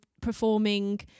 performing